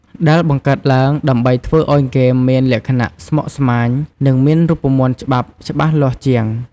ដែលបង្កើតឡើងដើម្បីធ្វើឱ្យហ្គេមមានលក្ខណៈស្មុគស្មាញ និងមានរូបមន្តច្បាប់ច្បាស់លាស់ជាង។